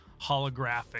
holographic